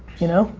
you know